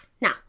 Now